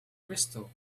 crystal